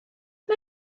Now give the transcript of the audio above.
mae